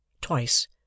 twice